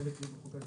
חלק ---.